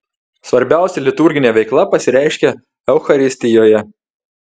svarbiausia liturginė veikla pasireiškia eucharistijoje